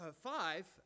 five